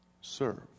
serve